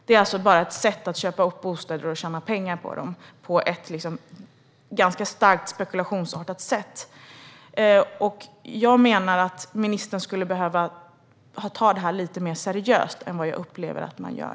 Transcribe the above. Det är alltså bara ett sätt att köpa upp bostäder och tjäna pengar på dem på ett starkt spekulationsartat sätt. Jag menar att ministern skulle behöva ta det här lite mer seriöst än vad jag upplever att man gör.